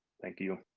thank you.